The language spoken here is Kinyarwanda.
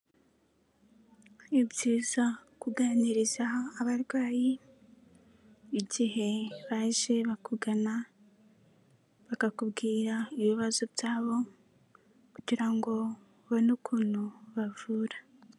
Ni byiza kuganirizaho abarwayi, igihe baje bakugana, bakakubwira ibibazo byabo kugira ngo ubone ukuntu bavura.